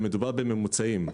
שמדובר בממוצעים.